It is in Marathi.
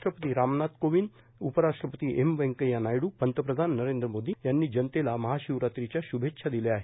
राष्ट्रपती रामनाथ कोविंद उपराष्ट्रपती एम व्यंकय्या नायड् आणि पंतप्रधान नरेंद्र मोदी यांनी जनतेला महाशिवरात्रीच्या श्भेच्छा दिल्या आहेत